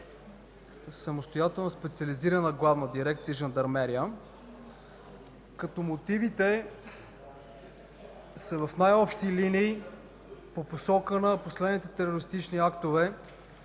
самостоятелна специализирана Главна дирекция „Жандармерия”, като мотивите в най-общи линии са по посока на последните терористични актове,